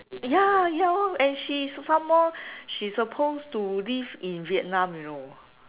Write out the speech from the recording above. ya ya oh she some more supposed to live in Vietnam you know